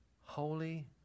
holy